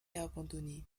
abandonnées